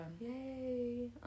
Yay